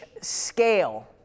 scale